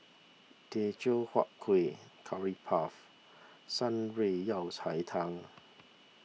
Teochew Huat Kuih Curry Puff Shan Rui Yao Cai Tang